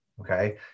okay